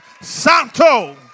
Santo